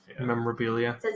memorabilia